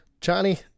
Johnny